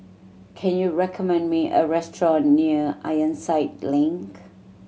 can you recommend me a restaurant near Ironside Link